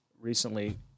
recently